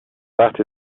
that